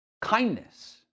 kindness